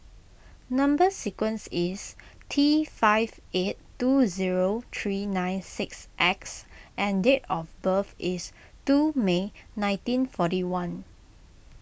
Number Sequence is T five eight two zero three nine six X and date of birth is two May nineteen forty one